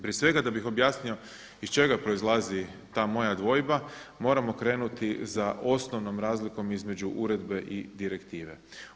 Prije svega da bih objasnio iz čega proizlazi ta moja dvojba, moramo krenuti za osnovnom razlikom između uredbe i direktive.